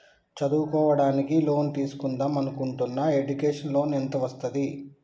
చదువుకోవడానికి లోన్ తీస్కుందాం అనుకుంటున్నా ఎడ్యుకేషన్ లోన్ ఎంత వస్తది?